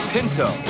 Pinto